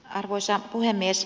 arvoisa puhemies